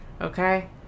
Okay